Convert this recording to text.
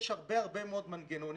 יש הרבה מאוד מנגנונים.